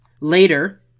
Later